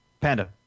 Panda